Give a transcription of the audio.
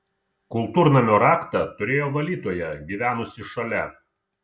kultūrnamio raktą turėjo valytoja gyvenusi šalia